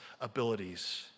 abilities